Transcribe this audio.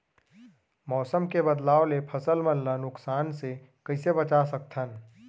मौसम के बदलाव ले फसल मन ला नुकसान से कइसे बचा सकथन?